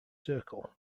circle